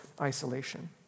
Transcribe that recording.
isolation